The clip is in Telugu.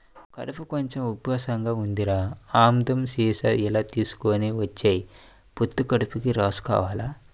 కడుపు కొంచెం ఉబ్బసంగా ఉందిరా, ఆ ఆముదం సీసా ఇలా తీసుకొని వచ్చెయ్, పొత్తి కడుపుకి రాసుకోవాల